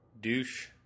Douche